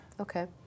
Okay